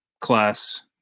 class